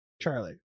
Charlie